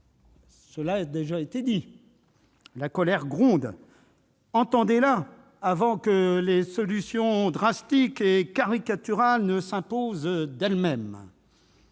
Cela a déjà été dit. Entendez-la, avant que les solutions drastiques et caricaturales ne s'imposent d'elles-mêmes